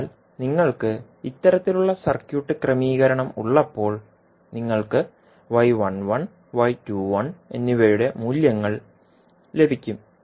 അതിനാൽ നിങ്ങൾക്ക് ഇത്തരത്തിലുള്ള സർക്യൂട്ട് ക്രമീകരണം ഉള്ളപ്പോൾ നിങ്ങൾക്ക് എന്നിവയുടെ മൂല്യങ്ങൾ ലഭിക്കും